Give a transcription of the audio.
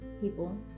people